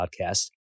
podcast